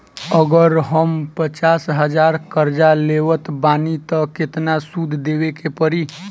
अगर हम पचास हज़ार कर्जा लेवत बानी त केतना सूद देवे के पड़ी?